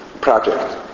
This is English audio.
project